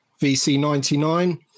VC99